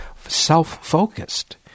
self-focused